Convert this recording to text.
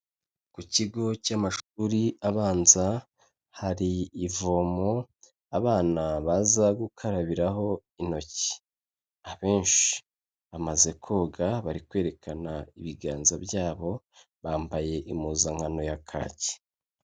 Ku kigo cy'amashuri abanza, hari ivomo abana baza gukarabiraho intoki, abenshi bamaze koga bari kwerekana ibiganza byabo, bambaye impuzankano ya kaki.